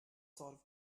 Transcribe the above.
sorts